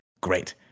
Great